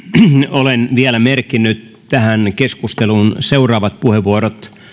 olen vielä merkinnyt tähän keskusteluun seuraavat puheenvuorot